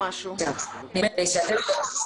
אין לנו התנגדות לפטור מהיטל השבחה.